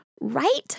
right